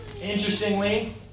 interestingly